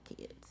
kids